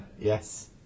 Yes